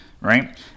right